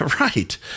Right